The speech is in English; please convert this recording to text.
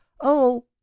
Oh